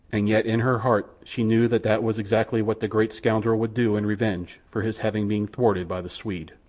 and yet in her heart she knew that that was exactly what the great scoundrel would do in revenge for his having been thwarted by the swede.